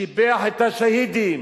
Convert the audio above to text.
שיבח את השהידים